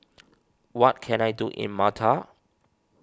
what can I do in Malta